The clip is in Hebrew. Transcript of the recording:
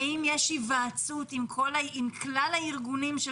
האם יש היוועצות עם כלל הארגונים של